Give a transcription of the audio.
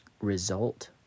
result